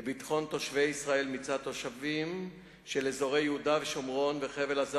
לביטחון תושבי ישראל מצד תושבים של אזורי יהודה שומרון וחבל-עזה